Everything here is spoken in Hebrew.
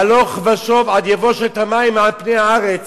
הלוך ושוב "עד יבושת המים מעל הארץ",